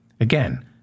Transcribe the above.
Again